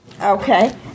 Okay